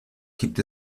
gibt